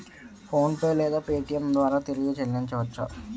PhonePe లేదా Paytm ద్వారా తిరిగి చల్లించవచ్చ?